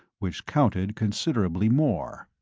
which counted considerably more.